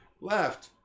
left